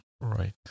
Right